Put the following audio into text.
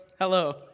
hello